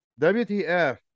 WTF